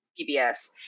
PBS